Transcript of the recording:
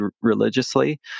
religiously